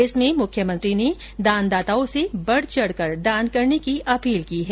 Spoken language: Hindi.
इसमें मुख्यमंत्री ने दानदाताओं से बढचढकर दान करने की अपील की है